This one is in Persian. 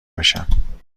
بشم